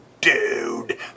dude